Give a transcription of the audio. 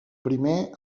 primer